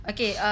Okay